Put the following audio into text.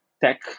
tech